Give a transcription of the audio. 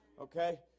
Okay